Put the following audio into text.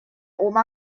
oma